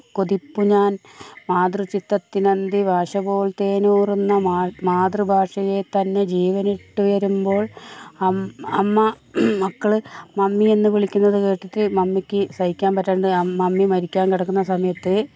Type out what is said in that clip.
കൊതിപ്പൂ ഞാൻ മാതൃത്വത്തിനന്തി ഭാഷപോൽ തേനൂറുന്ന മാ മാതൃഭാഷയെ തന്നെ ജീവനിട്ടുയരുമ്പോൾ അം അമ്മ മക്കള് മമ്മിയെന്നു വിളിക്കുന്നത് കേട്ടിട്ട് മമ്മിക്ക് സഹിക്കാൻ പറ്റാണ്ട് മമ്മി മരിക്കാൻ കിടക്കുന്ന സമയത്ത്